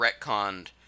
retconned